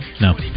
No